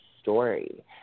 story